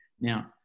Now